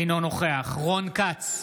אינו נוכח רון כץ,